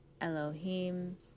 Elohim